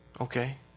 Okay